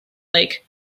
lake